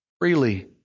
freely